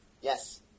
Yes